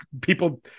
people